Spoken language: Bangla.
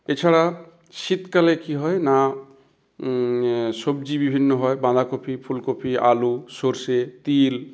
এছাড়া শীতকালে কি হয় না সবজি বিভিন্ন হয় বাঁধাকপি ফুলকপি আলু সর্ষে তিল